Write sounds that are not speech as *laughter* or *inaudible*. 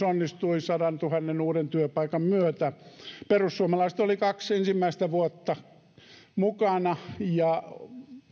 *unintelligible* onnistui sadantuhannen uuden työpaikan myötä perussuomalaiset olivat kaksi ensimmäistä vuotta mukana ja